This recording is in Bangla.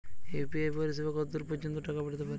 ইউ.পি.আই পরিসেবা কতদূর পর্জন্ত টাকা পাঠাতে পারি?